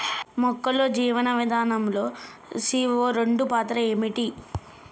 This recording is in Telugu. మొక్కల్లో జీవనం విధానం లో సీ.ఓ రెండు పాత్ర ఏంటి?